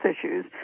issues